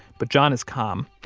but john is calm,